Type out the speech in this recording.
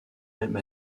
même